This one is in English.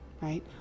right